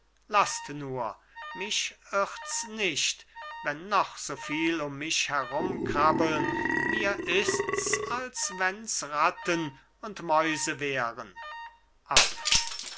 laßt nur mich irrt's nicht wenn noch so viel um mich herumkrabbeln mir ist's als wenn's ratten und mäuse wären